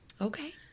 Okay